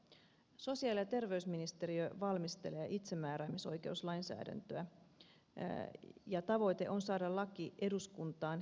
sosiaali ja terveysministeriö valmistelee itsemääräämisoikeuslainsäädäntöä ja tavoite on saada laki eduskuntaan kesäkuussa käsittelyyn